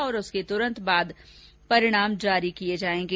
और उसके तुरंत बाद परिणाम जारी किये जायेंगे